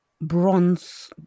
bronze